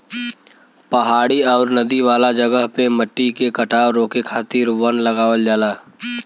पहाड़ी आउर नदी वाला जगह पे मट्टी के कटाव रोके खातिर वन लगावल जाला